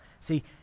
See